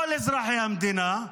כל אזרחי המדינה,